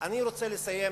אני רוצה לסיים,